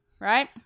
right